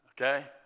Okay